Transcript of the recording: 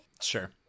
Sure